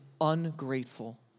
ungrateful